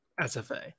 SFA